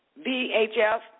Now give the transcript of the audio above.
VHF